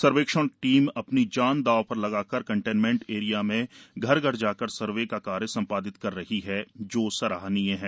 सर्वेक्षण टीम अपनी जान दाँव पर लगाकर कंटेनमेंट एरिया में घर घर जाकर सर्वे का कार्य संपादित कर रही हैं जो सराहनीय है